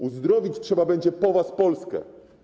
Uzdrowić trzeba będzie po was Polskę.